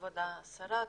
כבוד השרה,